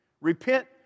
Repent